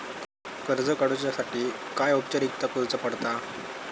कर्ज काडुच्यासाठी काय औपचारिकता करुचा पडता?